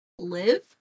Live